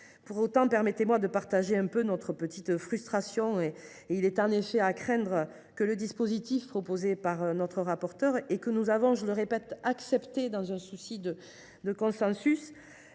Pour autant, permettez moi de partager notre frustration. Il est en effet à craindre que le dispositif proposé par notre rapporteure, et que nous avons accepté dans un souci de consensus,